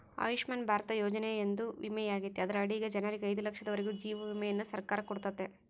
ಆಯುಷ್ಮನ್ ಭಾರತ ಯೋಜನೆಯೊಂದು ವಿಮೆಯಾಗೆತೆ ಅದರ ಅಡಿಗ ಜನರಿಗೆ ಐದು ಲಕ್ಷದವರೆಗೂ ಜೀವ ವಿಮೆಯನ್ನ ಸರ್ಕಾರ ಕೊಡುತ್ತತೆ